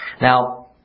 Now